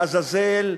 לעזאזל,